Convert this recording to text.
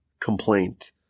complaint